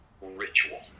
ritual